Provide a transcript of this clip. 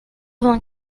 vingt